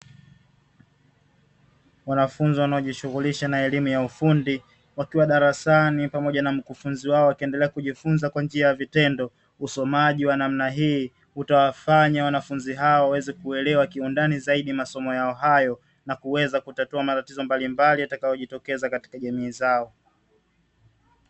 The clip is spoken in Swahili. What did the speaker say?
Wanafunzi wanaojishughulisha na elimu ya ufundi, wakiwa darasani pamoja na mkufunzi wao wakiendelea kujifunza kwa njia ya vitendo. Usomaji wa namna hii utawafanya wanafunzi hawa waweze kuelewa kiundani zaidi masomo yao hayo, na kuweza kutatua matatizo mbalimbali yatakayojitokeza katika jamii zao.